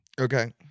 okay